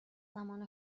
زمان